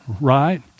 right